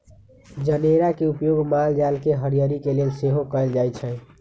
जनेरा के उपयोग माल जाल के हरियरी के लेल सेहो कएल जाइ छइ